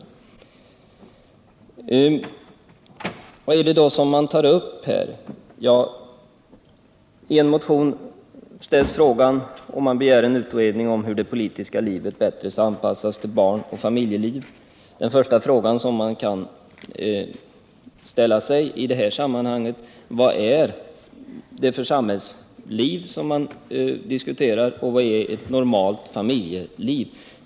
Vad är det då som man tar upp? I en motion begärs en utredning om hur det politiska livet bättre skall kunna anpassas till barn och familj. Det första man kan fråga sig i detta sammanhang är: Vad är det för samhällsliv som man diskuterar och vad är ett normalt familjeliv?